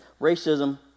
racism